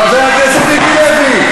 חבר הכנסת אוסאמה סעדי.